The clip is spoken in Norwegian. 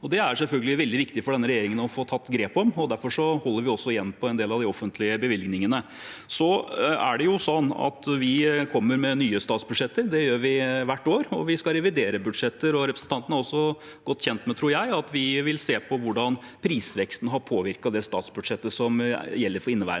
Det er det selvfølgelig veldig viktig for denne regjeringen å få tatt grep om, og derfor holder vi igjen på en del av de offentlige bevilgningene. Vi kommer med nye statsbudsjetter – det gjør vi hvert år – og vi skal revidere budsjetter. Representanten er også godt kjent med, tror jeg, at vi vil se på hvordan prisveksten har påvirket det statsbudsjettet som gjelder for inneværende